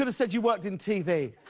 but said you worked in tv.